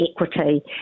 equity